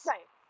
Right